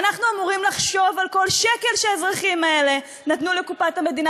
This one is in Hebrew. אנחנו אמורים לחשוב על כל שקל שהאזרחים האלה נתנו לקופת המדינה,